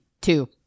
Two